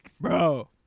Bro